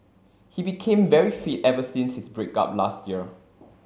he became very fit ever since his break up last year